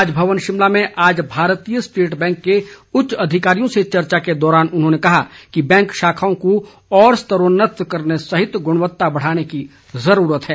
राजभवन शिमला में आज भारतीय स्टेट बैंक के उच्च अधिकारियों से चर्चा के दौरान उन्होंने कहा कि बैंक शाखाओं को और स्तरोन्नत करने सहित गुणवत्ता बढ़ाने की ज़रूरत है